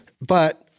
But-